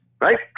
right